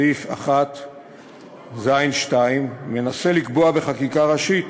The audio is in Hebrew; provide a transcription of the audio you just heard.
סעיף 1(ז)(2) מנסה לקבוע בחקיקה ראשית